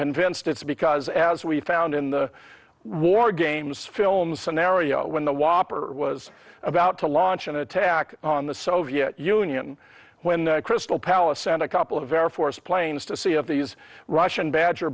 convinced it's because as we found in the war games film scenario when the whopper was about to launch an attack on the soviet union when crystal palace sent a couple of air force planes to see if these russian ba